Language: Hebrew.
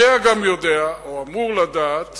יודע גם יודע או אמור לדעת